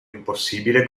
impossibile